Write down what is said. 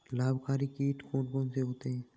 लाभकारी कीट कौन कौन से होते हैं?